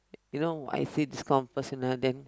you know I see this kind of person ah then